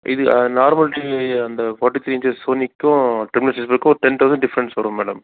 இது normal TV அந்த forty three inches சோனிக்கும் டிமுலேசருக்கும் ஒரு டென் தௌசண்ட் டிஃப்ரென்ஸ் வரும் மேடம்